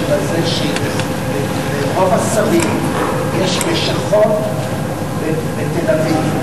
בזה שלרוב השרים יש לשכות בתל-אביב.